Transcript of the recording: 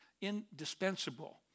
indispensable